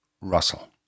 Russell